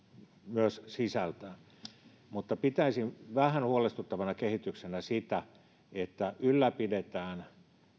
myös sisältään mutta pitäisin vähän huolestuttavana kehityksenä sitä että ylläpidetään